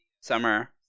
Summer